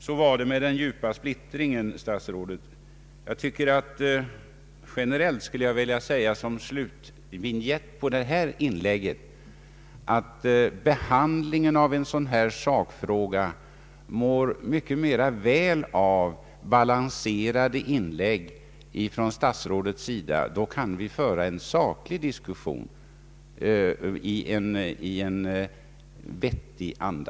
Så var det med den djupa splittringen, herr statsråd. Generellt skulle jag som slutvinjett på detta inlägg vilja säga att behandlingen av en sådan här sakfråga mår bättre av balanserade inlägg från statsrådets sida — då kan vi föra en saklig diskussion i en angenämare anda.